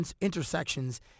intersections